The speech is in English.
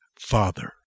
father